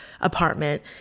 apartment